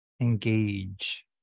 Engage